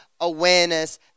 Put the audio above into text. awareness